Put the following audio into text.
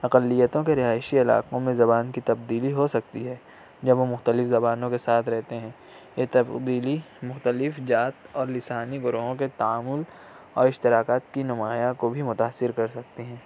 اقلیتوں کے رہائشی علاقوں میں زبان کی تبدیلی ہو سکتی ہے جب وہ مختلف زبانوں کے ساتھ رہتے ہیں یہ تبدیلی مختلف ذات اور لسانی گروہوں کے تعامل اور اشتراکات کى نماياں کو بھى متأثر کر سکتے ہيں